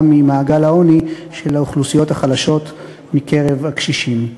ממעגל העוני של האוכלוסיות החלשות בקרב הקשישים.